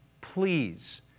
Please